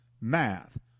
math